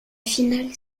finale